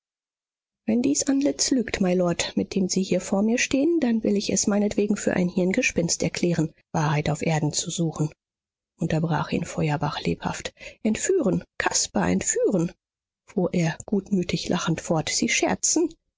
wenn dies antlitz lügt mylord mit dem sie hier vor mir stehen dann will ich es meinetwegen für ein hirngespinst erklären wahrheit auf erden zu suchen unterbrach ihn feuerbach lebhaft entführen caspar entführen fuhr er gutmütig lachend fort sie scherzen